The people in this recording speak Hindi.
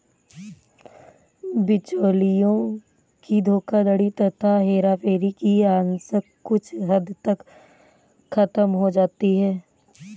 बिचौलियों की धोखाधड़ी तथा हेराफेरी की आशंका कुछ हद तक खत्म हो जाती है